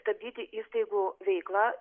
stabdyti įstaigų veiklą